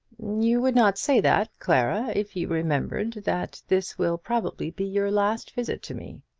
you would not say that, clara, if you remembered that this will probably be your last visit to me.